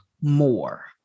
more